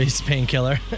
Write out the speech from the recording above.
painkiller